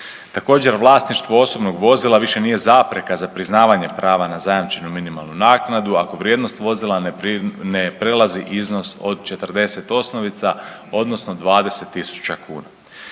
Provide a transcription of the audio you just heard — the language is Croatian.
Također, vlasništvo osobnog vozila više nije zapreka za priznavanje prava na zajamčenu minimalnu naknadu ako vrijednost vozila ne prelazi iznos od 40 osnovica odnosno 20 tisuća kuna.